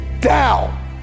down